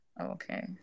Okay